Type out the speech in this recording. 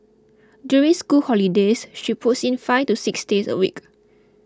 during school holidays she puts in five to six days a week